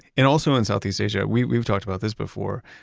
and also in southeast asia, we've we've talked about this before,